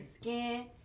skin